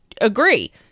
agree